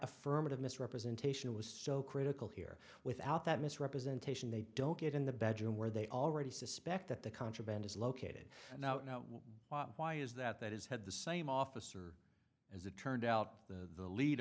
affirmative misrepresentation was so critical here without that misrepresentation they don't get in the bedroom where they already suspect that the contraband is located now and why is that that is had the same officer as it turned out the lead